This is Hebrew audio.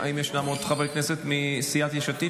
האם יש עוד חברי כנסת מסיעת יש עתיד